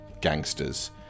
gangsters